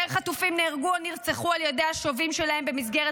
יותר חטופים נהרגו או נרצחו על ידי השובים שלהם במסגרת